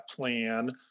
plan